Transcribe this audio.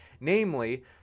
namely